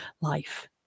life